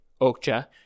Okja